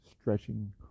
stretching